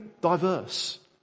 diverse